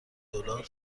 دلار